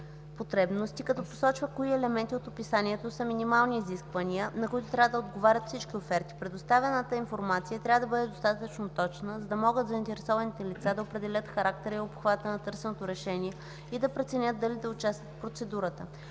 потребности, като посочва кои елементи от описанието са минимални изисквания, на които трябва да отговарят всички оферти. Предоставената информация трябва да бъде достатъчно точна, за да могат заинтересованите лица да определят характера и обхвата на търсеното решение и да преценят дали да участват в процедурата.